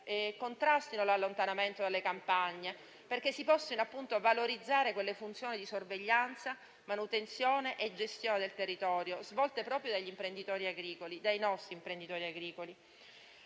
contrastino l'allontanamento dalle campagne, perché si possano appunto valorizzare le funzioni di sorveglianza, manutenzione e gestione del territorio svolte proprio dagli imprenditori agricoli, dai nostri imprenditori agricoli.